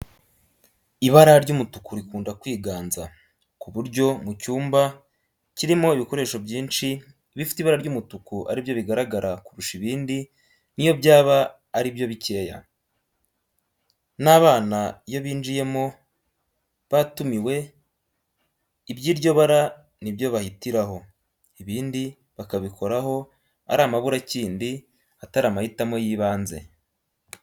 Ibara ry'umutuku rikunda kwiganza, ku buryo mu cyumba kirimo ibikoresho byinshi, ibifite ibara ry'umutuku aribyo bigaragara kurusha ibindi n'iyo byaba aribyo bikeya. N'abana iyo binjiyemo batumiwe, iby'iryo bara nibyo bahitiraho, ibindi bakabikoraho ari amaburakindi, atari amahitamo y'ibanze.